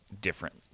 different